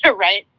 but right?